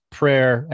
prayer